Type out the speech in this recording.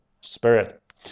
Spirit